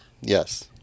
Yes